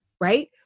right